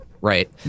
right